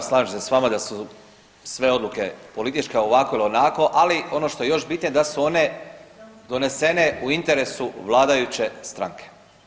Slažem se s vama da su sve odluke političke ovako ili onako, ali ono što je još bitnije da su one donesene u interesu vladajuće stranke.